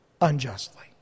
unjustly